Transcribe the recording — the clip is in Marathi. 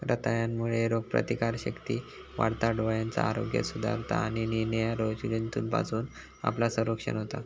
रताळ्यांमुळे रोगप्रतिकारशक्ती वाढता, डोळ्यांचा आरोग्य सुधारता आणि निरनिराळ्या रोगजंतूंपासना आपला संरक्षण होता